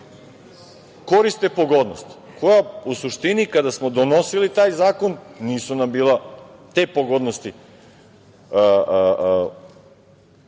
koriste pogodnosti koja, u suštini, kada smo donosili taj zakon nisu nam bila, te pogodnosti,